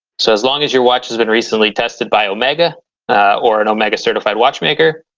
so, as long as your watch has been recently tested by omega or an omega certified watchmaker,